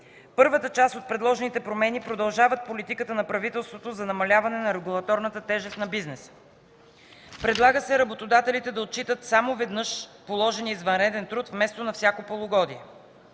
Първата част от предложените промени продължават политиката на правителството за намаляване на регулаторната тежест за бизнеса. Предлага се работодателите да отчитат само веднъж положения извънреден труд, вместо на всяко полугодие.